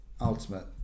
ultimate